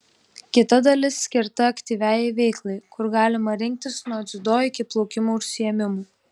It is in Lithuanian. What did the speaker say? kita dalis skirta aktyviajai veiklai kur galima rinktis nuo dziudo iki plaukimo užsiėmimų